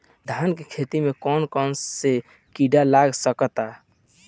धान के खेती में कौन कौन से किड़ा लग सकता?